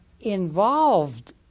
involved